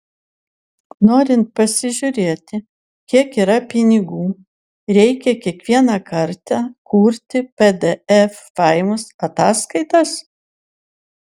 norint pasižiūrėti kiek yra pinigų reikia kiekvieną kartą kurti pdf failus ataskaitas